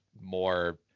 more